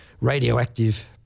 radioactive